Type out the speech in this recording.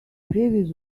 previous